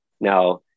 Now